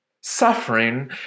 suffering